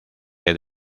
que